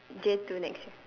J two next year